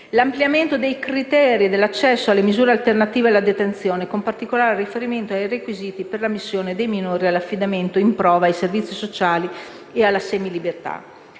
l'ampliamento dei criteri per l'accesso alle misure alternative alla detenzione, con particolare riferimento ai requisiti per l'ammissione dei minori all'affidamento in prova ai servizi sociali e alla semilibertà;